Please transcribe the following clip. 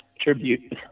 tribute